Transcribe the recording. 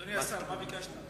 אדוני השר, מה הצעת?